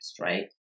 right